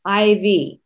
IV